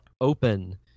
open